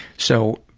so,